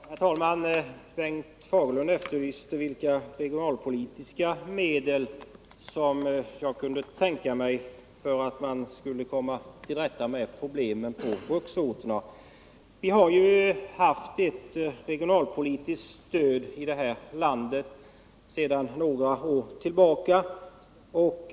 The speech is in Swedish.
Herr talman! Bengt Fagerlund efterlyste vilka regionalpolitiska medel som jag kunde tänka mig för att komma till rätta med problemen på bruksorterna. Vi har ju ett regionalpolitiskt stöd i detta land sedan några år tillbaka.